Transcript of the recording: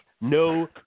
no